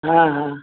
हा हा